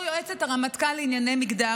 בתור יועצת הרמטכ"ל לשעבר לענייני מגדר